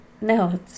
No